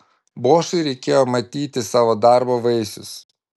bošui reikėjo matyti savo darbo vaisius